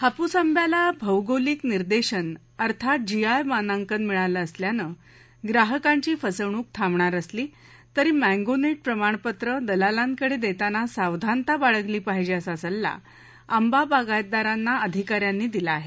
हापूस आंब्याला भौगोलिक निर्देशन जीआय मानांकन मिळालं असल्यानं ग्राहकांची फसवणूक थांबणार असली तरी मँगोनेट प्रमाणपत्र दलालांकडे देताना सावधानता बाळगली पाहिजे असा सल्ला आंबा बागायतदारांना अधिकाऱ्यांनी दिला आहे